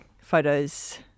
photos